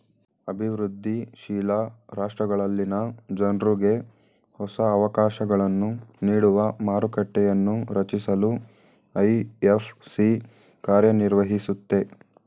ಅಭಿವೃದ್ಧಿ ಶೀಲ ರಾಷ್ಟ್ರಗಳಲ್ಲಿನ ಜನ್ರುಗೆ ಹೊಸ ಅವಕಾಶಗಳನ್ನು ನೀಡುವ ಮಾರುಕಟ್ಟೆಯನ್ನೂ ರಚಿಸಲು ಐ.ಎಫ್.ಸಿ ಕಾರ್ಯನಿರ್ವಹಿಸುತ್ತೆ